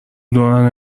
دوران